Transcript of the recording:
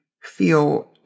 Feel